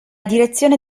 direzione